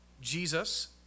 Jesus